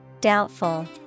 doubtful